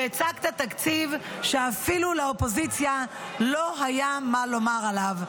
והצגת תקציב שאפילו לאופוזיציה לא היה מה לומר עליו.